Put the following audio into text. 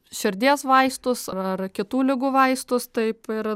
širdies vaistus ar kitų ligų vaistus taip ir